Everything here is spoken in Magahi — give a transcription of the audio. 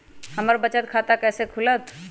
हमर बचत खाता कैसे खुलत?